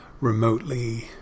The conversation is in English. remotely